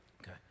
Okay